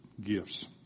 gifts